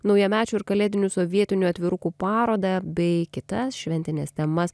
naujamečių ir kalėdinių sovietinių atvirukų parodą bei kitas šventines temas